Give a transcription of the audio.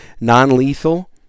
non-lethal